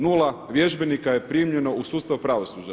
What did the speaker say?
Nula vježbenika je primljeno u sustav pravosuđa.